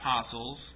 apostles